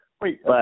Wait